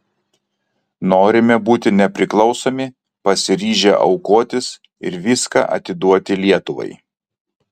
norime būti nepriklausomi pasiryžę aukotis ir viską atiduoti lietuvai